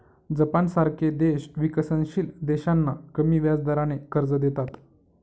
जपानसारखे देश विकसनशील देशांना कमी व्याजदराने कर्ज देतात